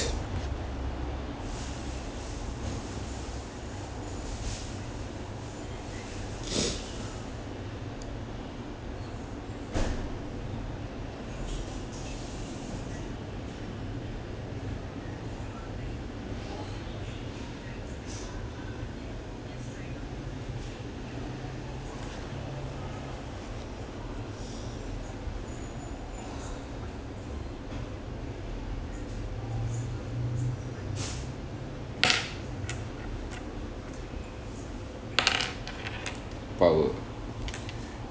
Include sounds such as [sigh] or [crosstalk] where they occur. [noise] power